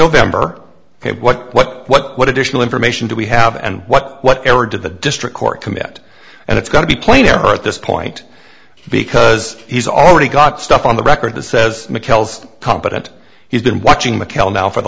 november ok what what what what additional information do we have and what whatever did the district court commit and it's got to be clear at this point because he's already got stuff on the record that says mcallister competent he's been watching the cal now for the